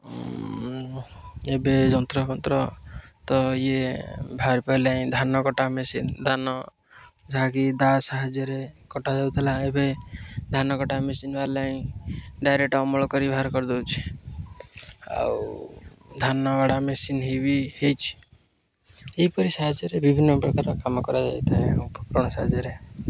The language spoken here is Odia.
ଏବେ ଯନ୍ତ୍ରପନ୍ତ୍ର ତ ଇଏ ବାହାରି ପଡ଼ିଲାଣି ଧାନ କଟା ମେସିନ୍ ଧାନ ଯାହାକି ଦାଆ ସାହାଯ୍ୟରେ କଟାଯାଉଥିଲା ଏବେ ଧାନ କଟା ମେସିନ୍ ବାହାରିଲଣି ଡାଇରେକ୍ଟ ଅମଳ କରି ବାହାର କରିଦେଉଛି ଆଉ ଧାନ ଗଡ଼ା ମେସିନ୍ ହୋଇ ବି ହୋଇଛି ଏହିପରି ସାହାଯ୍ୟରେ ବିଭିନ୍ନପ୍ରକାର କାମ କରାଯାଇଥାଏ ଉପକରଣ ସାହାଯ୍ୟରେ